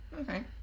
okay